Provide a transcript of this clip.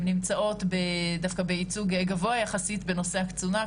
נמצאות דווקא בייצוג גבוה יחסית בנושא הקצונה,